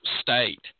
state